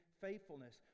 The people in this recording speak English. faithfulness